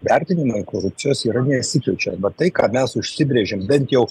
vertinimai korupcijos yra nesikeičia bet tai ką mes užsibrėžėm bent jau